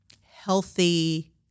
healthy